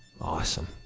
awesome